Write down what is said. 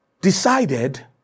decided